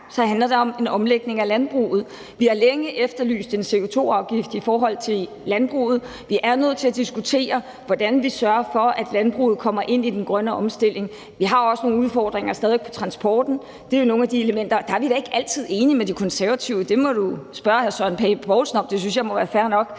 så handler det om en omlægning af landbruget. Vi har længe efterlyst en CO2-afgift i forhold til landbruget. Vi er nødt til at diskutere, hvordan vi sørger for, at landbruget kommer ind i den grønne omstilling. Vi har også stadig nogle udfordringer på transporten, og der er vi da ikke altid enige med De Konservative. Det må fru Monika Rubin spørge hr. Søren Pape Poulsen om – det synes jeg må være fair nok.